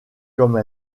comme